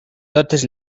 totes